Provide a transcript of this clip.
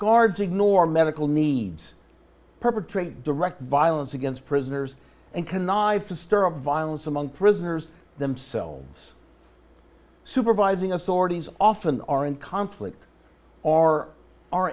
guards ignore medical needs perpetrate direct violence against prisoners and connive to stir up violence among prisoners themselves supervising authorities often are in conflict or